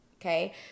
okay